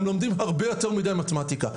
והם לומדים הרבה יותר מדי מתמטיקה.